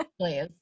Please